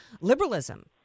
liberalism